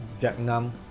Vietnam